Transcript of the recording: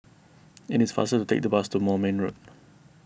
it is faster to take the bus to Moulmein Road